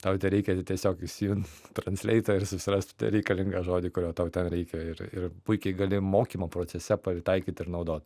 tau tereikia tiesiog įsijungt transleitą ir susirast reikalingą žodį kurio tau ten reikia ir ir puikiai gali mokymo procese pritaikyt ir naudot